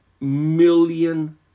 million